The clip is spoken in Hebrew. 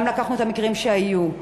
גם לקחנו את המקרים שהיו,